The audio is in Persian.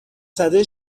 سده